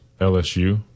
LSU